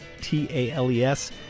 T-A-L-E-S